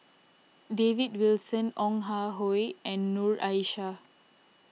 David Wilson Ong Ah Hoi and Noor Aishah